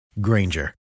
Granger